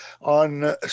On